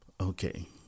okay